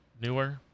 newer